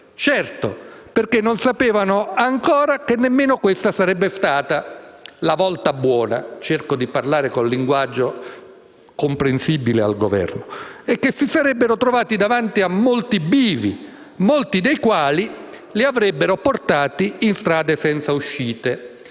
Certo, perché non sapevano ancora che nemmeno questa sarebbe stata la volta buona - cerco di parlare con linguaggio comprensibile al Governo - e che si sarebbero trovati davanti a numerosi bivi, molti dei quali li avrebbero portati in strade senza uscita.